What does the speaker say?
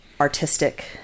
artistic